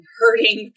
hurting